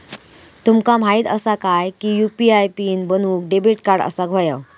तुमका माहित असा काय की यू.पी.आय पीन बनवूक डेबिट कार्ड असाक व्हयो